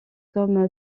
comme